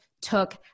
took